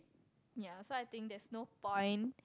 ya so I think there's no point